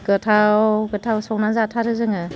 गोथाव गोथाव संनानै जाथारो जोङो